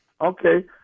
Okay